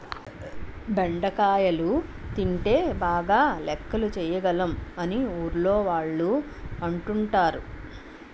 బెండకాయలు తింటే బాగా లెక్కలు చేయగలం అని ఊర్లోవాళ్ళు అంటుంటారు